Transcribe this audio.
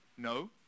No